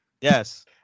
Yes